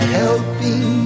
helping